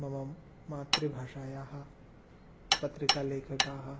मम मातृभाषायाः पत्रिकालेखकाः